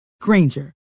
Granger